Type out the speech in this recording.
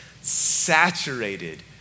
saturated